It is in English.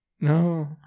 No